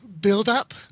build-up